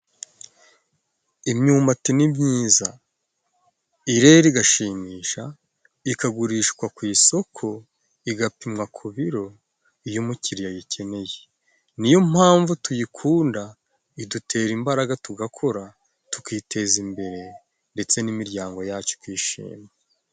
Imyumbati ni myiza irera igashimisha ikagurishwa ku isoko, igapimwa ku biro iyo umukiriya ayikeneye, niyo mpamvu tuyikunda idutera imbaraga tugakora tukiteza imbere ndetse n'imiryango yacu ikishima.